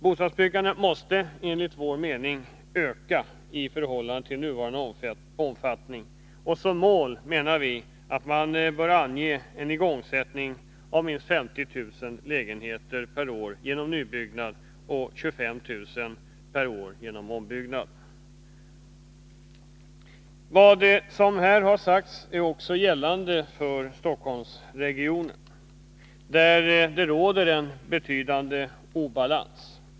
Bostadsbyggandet måste enligt vår mening öka i förhållande till nuvarande omfattning. Och som mål menar vi att man bör ange en igångsättning av minst 50 000 lägenheter per år genom nybyggnad och 25 000 per år genom ombyggnad. Vad som här har sagts gäller också för Stockholmsregionen, där det råder en betydande obalans.